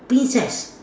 princess